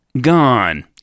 Gone